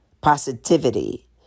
positivity